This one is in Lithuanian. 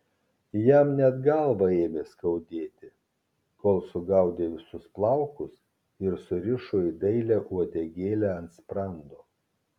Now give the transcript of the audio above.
jam net galvą ėmė skaudėti kol sugaudė visus plaukus ir surišo į dailią uodegėlę ant sprando